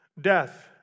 Death